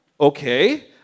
Okay